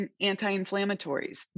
anti-inflammatories